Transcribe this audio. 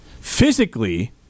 Physically